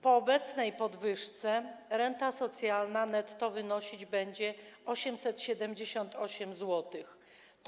Po obecnej podwyżce renta socjalna wynosić będzie 878 zł netto.